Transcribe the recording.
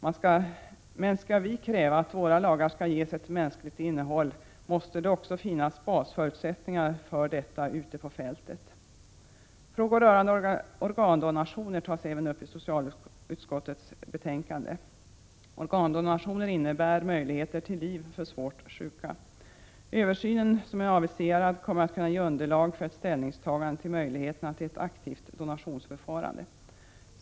Men skall vi kräva att våra lagar skall ges ett mänskligt innehåll, måste det också finnas basförutsättningar för det ute på fältet. Även frågor rörande organdonationer tas upp i socialutskottets betänkande, organdonationer som innebär möjligheter till liv för svårt sjuka. Översynen som är aviserad kommer att kunna ge underlag för ett ställningstagande till möjligheterna till ett aktivt donationsförfarande.